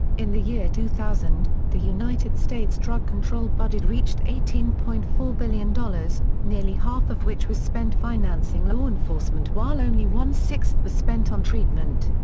in the year two thousand, the united states drug-control budget reached eighteen point four billion dollars, nearly half of which was spent financing law enforcement while only one sixth was spent on treatment.